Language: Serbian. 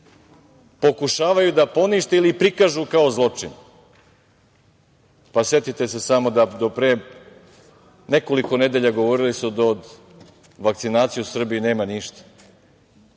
pokušavaju da ponište ili prikažu kao zločin. Setite se samo da do pre nekoliko nedelja govorili su da od vakcinacije u Srbiji nema ništa,